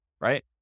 Right